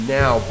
now